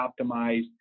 optimized